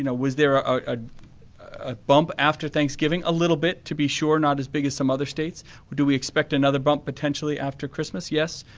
you know was there a ah ah bump after thanksgiving? a little bit to be sure not as big as some other states. do we expect another bump potentially after christmas? yes.